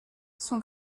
son